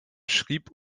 schrieb